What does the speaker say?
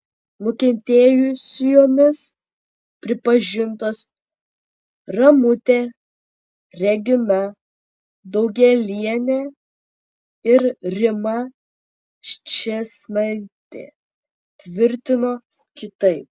nukentėjusiomis pripažintos ramutė regina daugėlienė ir rima ščėsnaitė tvirtino kitaip